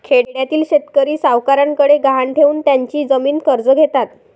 खेड्यातील शेतकरी सावकारांकडे गहाण ठेवून त्यांची जमीन कर्ज घेतात